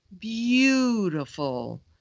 beautiful